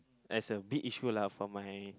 as a big issue lah for my